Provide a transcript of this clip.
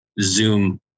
zoom